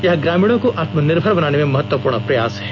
यह ग्रामीणों को आत्मनिर्भर बनाने में महत्वपूर्ण प्रयास है